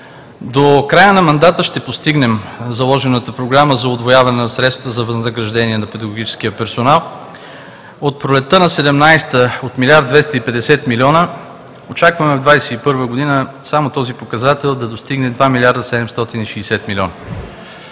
До края на мандата ще постигнем заложената програма за удвояване на средствата за възнаграждения на педагогическия персонал. От пролетта на 2017 г. от 1 млрд. 250 млн. лв. очакваме в 2021 г. само този показател да достигне 2 млрд.